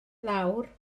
lawr